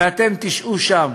ואתם תשהו שם.